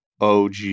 OG